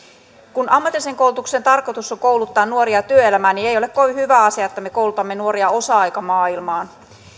kun ammatillisen koulutuksen tarkoitus on kouluttaa nuoria työelämään niin ei ole kovin hyvä asia että me koulutamme nuoria osa aikamaailmaan